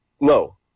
No